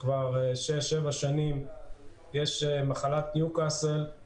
כמו שאמר חבר הכנסת אלי אבידר על המשלוחים החיים וכולי,